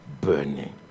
burning